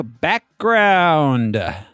background